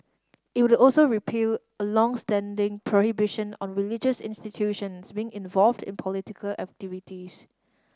it would also repeal a long standing prohibition on religious institutions being involved in political activities